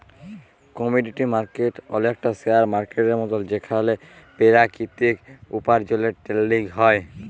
commodity market অলেকটা share মার্কেটের মতল যেখালে পেরাকিতিক উপার্জলের টেরেডিং হ্যয়